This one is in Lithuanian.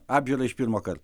apžiūrą iš pirmo kart